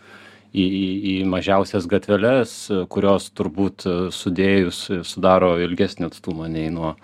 į į mažiausias gatveles kurios turbūt sudėjus sudaro ilgesnį atstumą nei nuo